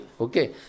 Okay